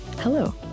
Hello